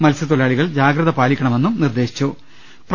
മത്സ്യത്തൊഴിലാളികൾ ജാഗ്രത പാലിക്കണമെന്നും നിർദ്ദേശമുണ്ട്